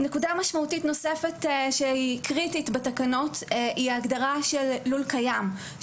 נקודה משמעותית נוספת וקריטית בתקנות היא ההגדרה של לול קיים.